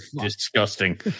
disgusting